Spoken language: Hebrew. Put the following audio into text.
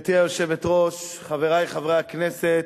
גברתי היושבת-ראש, חברי חברי הכנסת,